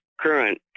current